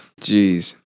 Jeez